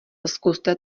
zkuste